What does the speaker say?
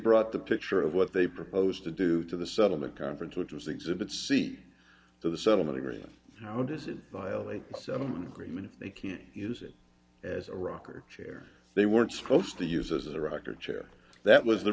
brought the picture of what they proposed to do to the settlement conference which was exhibit c to the settlement agreement how does it violate the settlement agreement if they keep use it as a rocker chair they weren't supposed to use as a record chair that was the